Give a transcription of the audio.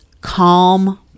calm